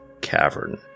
cavern